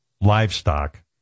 livestock